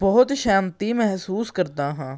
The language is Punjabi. ਬਹੁਤ ਸ਼ਾਂਤੀ ਮਹਿਸੂਸ ਕਰਦਾ ਹਾਂ